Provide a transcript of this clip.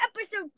episode